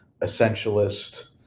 essentialist